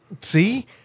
See